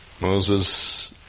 Moses